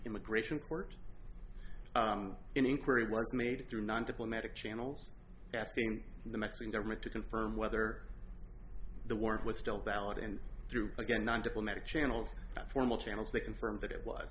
immigration court inquiry work made it through non diplomatic channels asking the mexican government to confirm whether the warrant was still valid and through again not diplomatic channels formal channels they confirmed that it was